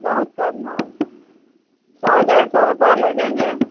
बहुत कम है सौ डेढ़ सौ रुपये लगेंगे